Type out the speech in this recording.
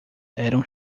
eram